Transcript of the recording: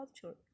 culture